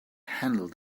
handle